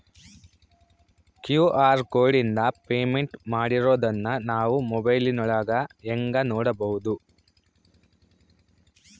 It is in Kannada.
ಕ್ಯೂ.ಆರ್ ಕೋಡಿಂದ ಪೇಮೆಂಟ್ ಮಾಡಿರೋದನ್ನ ನಾವು ಮೊಬೈಲಿನೊಳಗ ಹೆಂಗ ನೋಡಬಹುದು?